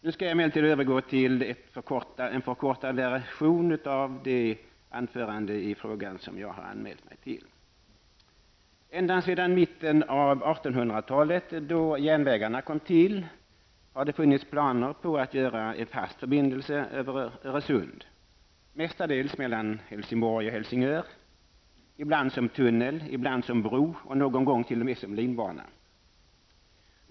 Nu skall jag emellertid övergå till en förkortad version av det anförande i frågan jag anmält mig för. Ända sedan mitten av 1800-talet, då järnvägarna kom till, har det funnits planer på att göra en fast förbindelse över Öresund, mestadels mellan Helsingborg och Helsingör, ibland som tunnel, ibland som bro och någon gång t o m som linbana.